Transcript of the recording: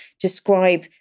describe